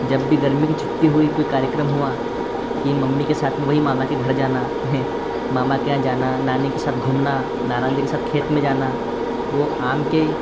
जब भी गर्मी की छुट्टी हुई कोई कार्यक्रम हुआ कि मम्मी के साथ में वही मामा के घर जाना है मामा के यहाँ जाना नानी के साथ घूमना नाना जी के साथ खेत में जाना वो आम के